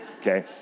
okay